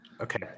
Okay